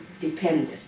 dependent